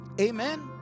Amen